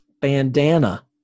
bandana